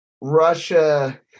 Russia